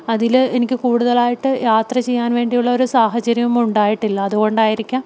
അതിൽ എനിക്ക് കൂടുതലായിട്ട് യാത്ര ചെയ്യാൻ വേണ്ടിയുള്ള ഒരു സാഹചര്യവും ഉണ്ടായിട്ടില്ല അതുകൊണ്ടായിരിക്കാം